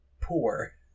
poor